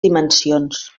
dimensions